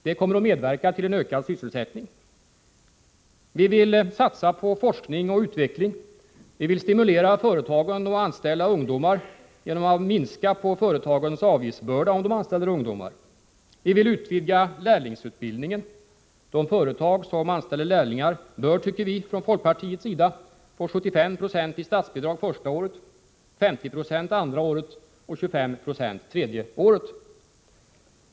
Det kommer att medverka till att öka sysselsättningen. Vi vill satsa på forskning och utveckling och stimulera företagen att anställa ungdomar genom att minska på företagens avgiftsbörda om de anställer ungdomar. Vi vill utvidga lärlingsutbildningen. De företag som anställer lärlingar bör, tycker vi från folkpartiets sida, få 75 90 i statsbidrag första året, 50 76 andra året och 25 90 tredje året.